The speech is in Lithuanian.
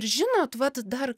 ir žinot vat dar